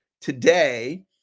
today